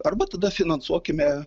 arba tada finansuokime